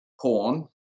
porn